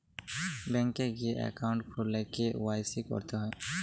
bank এ গিয়ে account খুললে কে.ওয়াই.সি ক্যরতে হ্যয়